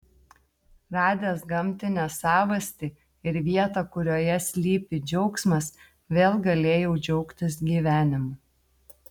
radęs gamtinę savastį ir vietą kurioje slypi džiaugsmas vėl galėjau džiaugtis gyvenimu